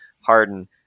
Harden